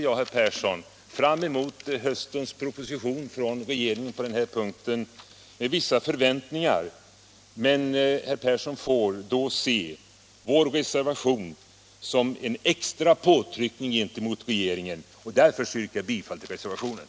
Jag ser fram emot höstens proposition från regeringen på den här punkten med vissa förväntningar, men herr Persson får se vår reservation som en extra påtryckning gentemot regeringen, och jag yrkar bifall till reservationen.